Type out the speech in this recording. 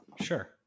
sure